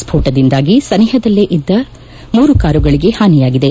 ಸ್ಪೋಟದಿಂದಾಗಿ ಸನಿಹದಲ್ಲೇ ಇದ್ದ ಮೂರು ಕಾರುಗಳಿಗೆ ಹಾನಿಯಾಗಿದೆ